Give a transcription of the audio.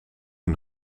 een